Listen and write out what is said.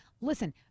listen